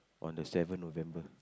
on the seven November